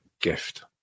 gift